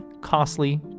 costly